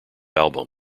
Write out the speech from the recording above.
album